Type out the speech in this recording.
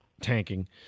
tanking